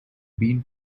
been